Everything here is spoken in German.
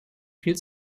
viel